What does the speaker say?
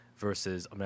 Versus